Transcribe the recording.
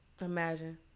Imagine